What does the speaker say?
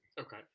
okay